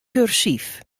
kursyf